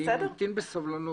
אני ממתין בסבלנות.